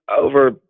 over